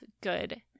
good